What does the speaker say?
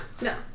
No